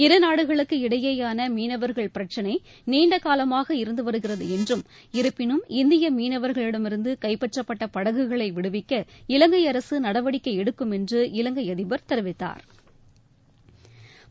இருநாடுகளுக்கு இடையேயான மீனவர்கள் பிரச்சினை நீண்டகாலமாக இருந்து வருகிறது என்றும் இருப்பினும் இந்திய மீனவர்களிடமிருந்து கைப்பற்றப்பட்ட படகுகளை விடுவிக்க இலங்கை அரசு நடவடிக்கை எடுக்கும் என்று இலங்கை அதிபர் தெரிவித்தாா்